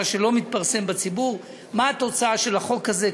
את מה שלא מתפרסם בציבור, מה התוצאה של החוק הזה.